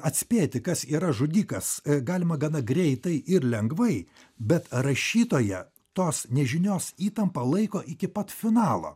atspėti kas yra žudikas galima gana greitai ir lengvai bet rašytoją tos nežinios įtampą laiko iki pat finalo